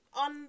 On